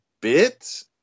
bit